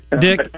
dick